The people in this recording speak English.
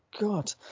God